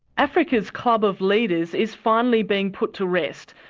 africa's club of leaders is finally being put to rest.